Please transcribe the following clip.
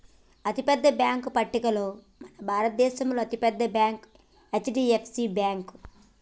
అతిపెద్ద బ్యేంకుల పట్టికలో మన భారతదేశంలో అతి పెద్ద బ్యాంక్ హెచ్.డి.ఎఫ్.సి బ్యేంకు